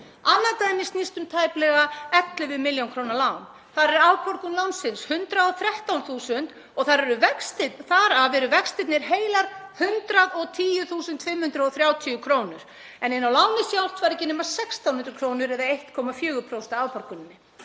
Annað dæmi snýst um tæplega 11 millj. kr. lán. Þar er afborgun lánsins 113.000 og þar af eru vextirnir heilar 110.530 kr. En inn á lánið sjálft væri ekki nema 1.600 kr. eða 1,4% af afborguninni.